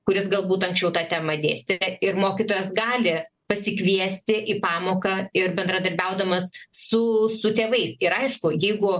kuris galbūt anksčiau tą temą dėstė ir mokytojas gali pasikviesti į pamoką ir bendradarbiaudamas su su tėvais ir aišku jeigu